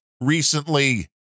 recently